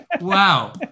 Wow